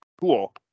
cool